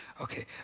Okay